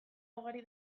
ugari